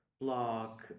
blog